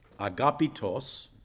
Agapitos